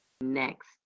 next